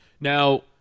Now